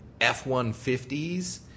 F-150s